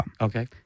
Okay